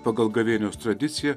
pagal gavėnios tradiciją